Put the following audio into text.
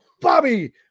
Bobby